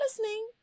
listening